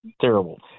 terrible